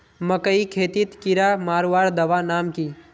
मकई खेतीत कीड़ा मारवार दवा नाम की?